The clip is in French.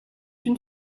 une